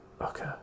okay